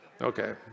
Okay